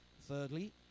Thirdly